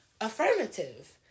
affirmative